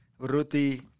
Ruti